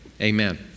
amen